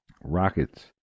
rockets